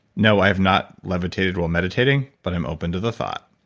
no, i've not levitated while meditating, but i'm open to the thought.